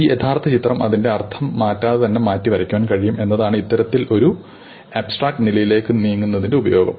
ഈ യഥാർത്ഥ ചിത്രം അതിന്റെ അർത്ഥം മാറ്റാതെ തന്നെ മാറ്റി വരക്കാൻ കഴിയും എന്നതാണ് ഇത്തരത്തിൽ ഒരു അബ്സ്ട്രാക്ട് നിലയിലേക്ക് നീങ്ങുന്നതിന്റെ ഉപയോഗം